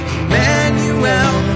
Emmanuel